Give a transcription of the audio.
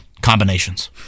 combinations